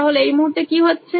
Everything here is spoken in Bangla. তাহলে এই মুহূর্তে কী হচ্ছে